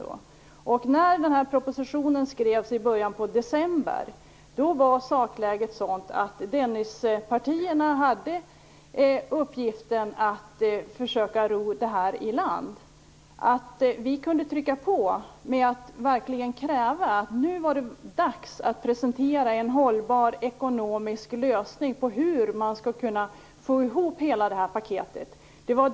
I början av december, då propositionen skrevs, var sakläget att Dennispartierna hade i uppgift att försöka ro det hela i land. Vi kunde trycka på och verkligen ställa krav. Nu var det dags att presentera en hållbar ekonomisk lösning på hur man kan få ihop hela paketet.